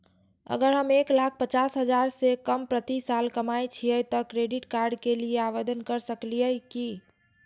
अगर हम एक लाख पचास हजार से कम प्रति साल कमाय छियै त क्रेडिट कार्ड के लिये आवेदन कर सकलियै की?